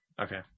Okay